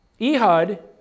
Ehud